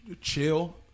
chill